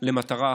למטרה אחת: